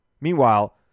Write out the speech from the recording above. Meanwhile